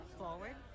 forward